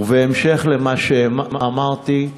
ובהמשך למה שאמרתי,